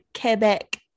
Quebec